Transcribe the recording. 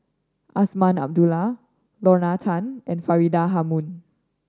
Azman Abdullah Lorna Tan and Faridah Hanum